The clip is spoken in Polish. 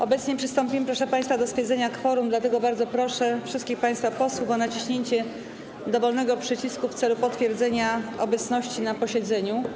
Obecnie przystąpimy, proszę państwa, do stwierdzenia kworum, dlatego bardzo proszę wszystkich państwa posłów o naciśnięcie dowolnego przycisku w celu potwierdzenia obecności na posiedzeniu.